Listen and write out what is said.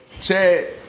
Chad